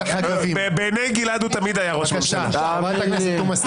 אין ההסתייגות מס' 6 של קבוצת סיעת חד"ש-תע"ל לא נתקבלה.